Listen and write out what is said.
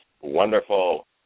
wonderful